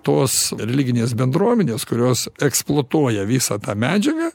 tos religinės bendruomenės kurios eksploatuoja visą tą medžiagą